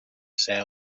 ser